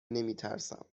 نمیترسم